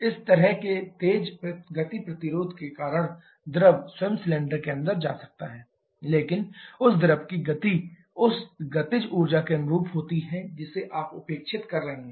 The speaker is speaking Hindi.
इस तरह के तेज गति प्रतिरोध के कारण द्रव स्वयं सिलेंडर के अंदर जा सकता है लेकिन उस द्रव की गति उस गतिज ऊर्जा के अनुरूप होती है जिसे आप उपेक्षित कर रहे हैं